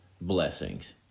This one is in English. blessings